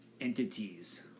entities